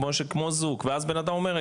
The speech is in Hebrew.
כמו זוג ואז בנאדם אומר,